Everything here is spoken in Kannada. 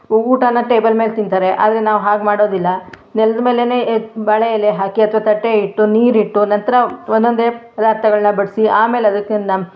ಊಟನ ಟೇಬಲ್ ಮೇಲೆ ತಿಂತಾರೆ ಆದರೆ ನಾವು ಹಾಗೆ ಮಾಡೋದಿಲ್ಲ ನೆಲದ್ಮೇಲೇನೆ ಎ ಬಾಳೆ ಎಲೆ ಹಾಕಿ ಅಥ್ವಾ ತಟ್ಟೆಯಿಟ್ಟು ನೀರಿಟ್ಟು ನಂತರ ಒಂದೊಂದೇ ಪದಾರ್ಥಗಳನ್ನು ಬಡಿಸಿ ಆಮೇಲೆ ಅದಕ್ಕೆ ನ